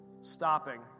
stopping